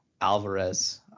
Alvarez